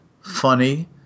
funny